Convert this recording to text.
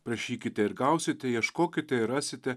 prašykite ir gausite ieškokite rasite